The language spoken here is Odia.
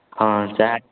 ହଁ ଚାହା